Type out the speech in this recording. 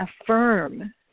affirm